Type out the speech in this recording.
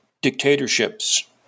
dictatorships